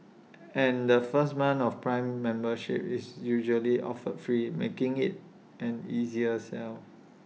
and the first month of prime membership is usually offered free making IT an easier sell